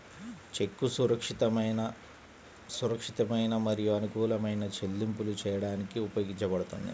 చెక్కు సురక్షితమైన, సురక్షితమైన మరియు అనుకూలమైన చెల్లింపులు చేయడానికి ఉపయోగించబడుతుంది